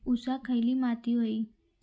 ऊसाक खयली माती व्हयी?